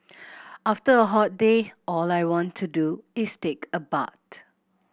after a hot day all I want to do is take a bath